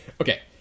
Okay